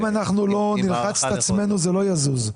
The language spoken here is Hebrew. אם לא נלחץ את עצמנו, זה לא יזוז.